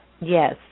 Yes